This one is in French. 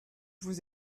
vous